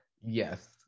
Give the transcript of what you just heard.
Yes